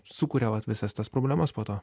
sukuria va visas tas problemas po to